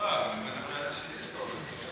הוא בטח לא ידע שלי יש תואר דוקטור.